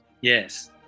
Yes